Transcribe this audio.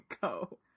go